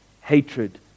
hatred